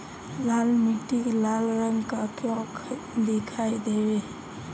लाल मीट्टी लाल रंग का क्यो दीखाई देबे?